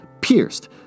pierced